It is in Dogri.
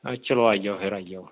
चलो आई जाओ फिर आई जाओ